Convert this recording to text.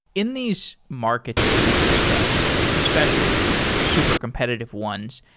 in these markets that we've discussed, especially the super competitive ones,